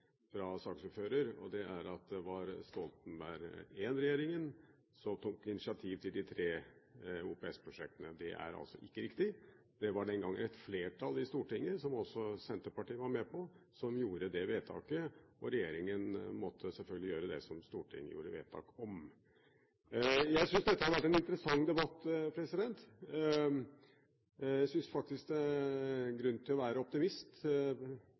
fra saksordføreren som må korrigeres, og det er at det var Stoltenberg I-regjeringen som tok initiativ til de tre OPS-prosjektene. Det er ikke riktig. Det var den gang et flertall i Stortinget, som også Senterpartiet var med på, som gjorde det vedtaket, og regjeringen måtte selvfølgelig gjøre det som Stortinget gjorde vedtak om. Jeg synes dette har vært en interessant debatt. Jeg synes faktisk det er grunn til å være optimist